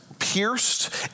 Pierced